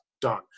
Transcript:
done